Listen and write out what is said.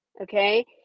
okay